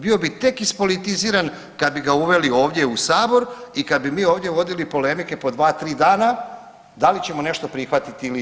Bio bi tek ispolitiziran kad bi ga uveli ovdje u Sabor i kad bi mi ovdje vodili polemike po 2, 3 dana da li ćemo nešto prihvatiti ili nećemo.